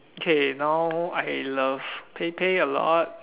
okay now I love Pei-Pei a lot